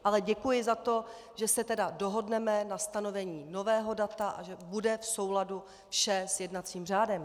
Ale děkuji za to, že se tedy dohodneme na stanovení nového data a že bude v souladu vše s jednacím řádem.